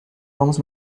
vamos